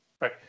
right